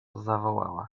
zawołała